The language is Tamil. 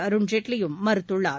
அருண்ஜேட்லியும் மறுத்துள்ளார்